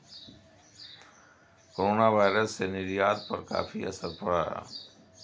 coronavirus से निर्यात पर काफी असर पड़ा